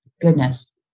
goodness